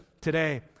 today